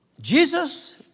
Jesus